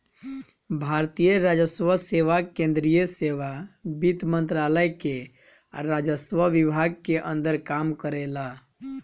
भारतीय राजस्व सेवा केंद्रीय सेवा वित्त मंत्रालय के राजस्व विभाग के अंदर काम करेला